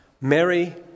Mary